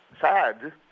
sad